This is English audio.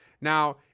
Now